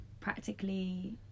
practically